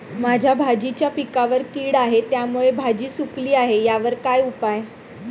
माझ्या भाजीच्या पिकावर कीड आहे त्यामुळे भाजी सुकली आहे यावर काय उपाय?